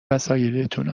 وسایلاتون